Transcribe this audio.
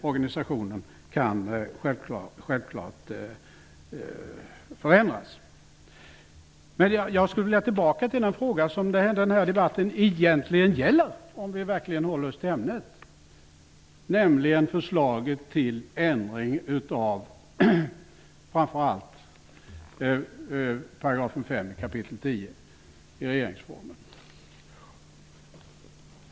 Organisationen kan självklart förändras. Jag vill gå tillbaka till den fråga som den här debatten egentligen gäller, om vi verkligen håller oss till ämnet, nämligen förslaget till ändring av framför allt 10 kap. 5 § regeringsformen.